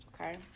Okay